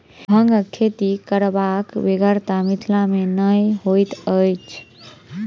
भांगक खेती करबाक बेगरता मिथिला मे नै होइत अछि